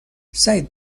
سعید